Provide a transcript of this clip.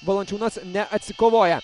valančiūnas neatsikovoja